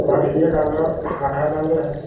अस इयै गल्ल आखना चाहंदे हे